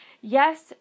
Yes